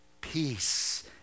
peace